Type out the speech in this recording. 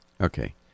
Okay